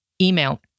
email